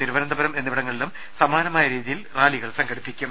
തിരുവനന്തപുരം എന്നിവിടങ്ങളിലും സമാനമായ രീതിയിൽ റാലികൾ സംഘടിപ്പിക്കും